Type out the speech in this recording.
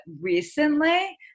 recently